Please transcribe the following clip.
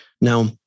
Now